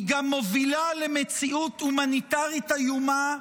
היא גם מובילה למציאות הומניטרית איומה,